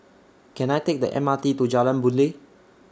Can I Take The M R T to Jalan Boon Lay